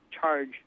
charge